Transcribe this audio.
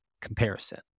comparison